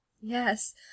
yes